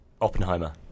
Oppenheimer